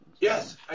Yes